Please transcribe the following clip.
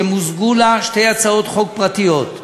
שמוזגו בה שתי הצעות חוק פרטיות: